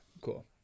Cool